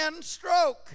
stroke